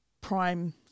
prime